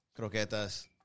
croquetas